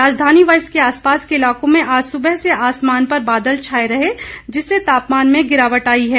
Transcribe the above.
राजधानी व इसके आसपास के इलाकों में आज सुबह से आसमान पर बादल छाए रहे जिससे तापमान में गिरावट आई है